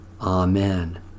Amen